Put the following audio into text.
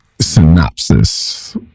synopsis